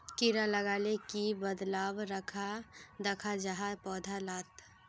कीड़ा लगाले की बदलाव दखा जहा पौधा लात?